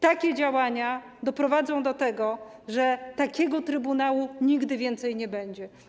Takie działania doprowadzą do tego, że takiego trybunału nigdy więcej nie będzie.